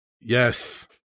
Yes